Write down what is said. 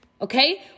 Okay